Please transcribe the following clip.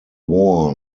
war